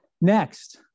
Next